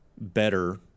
better